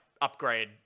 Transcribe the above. upgrade